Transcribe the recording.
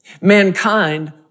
Mankind